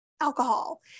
alcohol